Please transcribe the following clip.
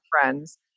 friends